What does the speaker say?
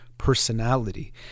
personality